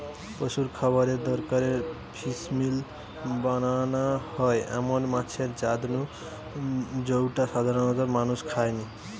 পশুর খাবারের দরকারে ফিসমিল বানানা হয় এমন মাছের জাত নু জউটা সাধারণত মানুষ খায়নি